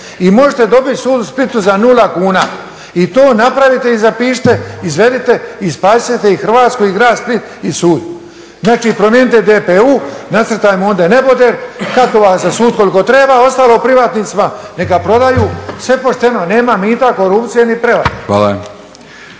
i možete dobiti sud u Splitu za nula kuna i to napravite i zapišite izvedite i spasit ćete i Hrvatsku i grad Split i sud. Znači promijenite DPU nacrtajmo onda neboder katova za sud koliko treba, a ostalo privatnicima neka prodaju. Sve pošteno, nema mita, korupcije ni prevare.